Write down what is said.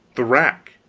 the rack.